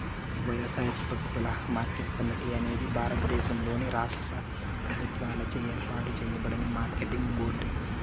వ్యవసాయోత్పత్తుల market committee అనేది భారతదేశంలోని రాష్ట్ర ప్రభుత్వాలచే ఏర్పాటు చేయబడిన మార్కెటింగ్ బోర్డు